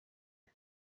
one